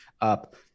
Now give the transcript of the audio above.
up